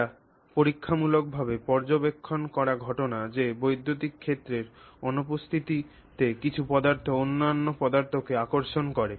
এটি পরীক্ষামূলকভাবে পর্যবেক্ষণ করা ঘটনা যে বৈদ্যুতিক ক্ষেত্রের অনুপস্থিতিতে কিছু পদার্থ অন্যান্য পদার্থকে আকর্ষণ করে